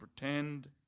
pretend